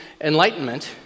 enlightenment